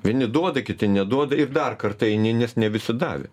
vieni duoda kiti neduoda ir dar kartą eini nes ne visi davė